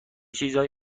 چیزایی